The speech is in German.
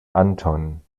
anton